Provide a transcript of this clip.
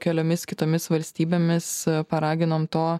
keliomis kitomis valstybėmis paraginom to